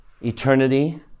eternity